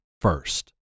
first